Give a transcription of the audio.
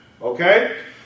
okay